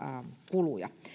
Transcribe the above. kuluja